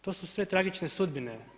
To su sve tragične sudbine.